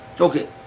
Okay